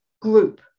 group